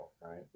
right